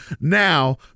now